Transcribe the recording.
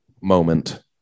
moment